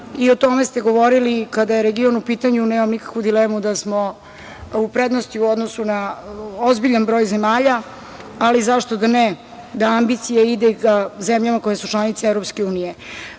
I o tome ste govorili. Kada je region u pitanju, nemam nikakvu dilemu da smo u prednosti u odnosu na ozbiljan broj zemalja, ali, zašto da ne, da ambicija ide i ka zemljama koje su članice EU.Svi